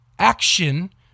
action